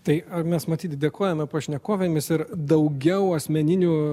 tai ar mes matyt dėkojame pašnekovėmis ir daugiau asmeninių